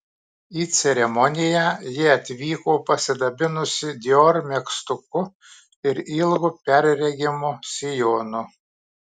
į ceremoniją ji atvyko pasidabinusi dior megztuku ir ilgu perregimu sijonu